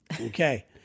Okay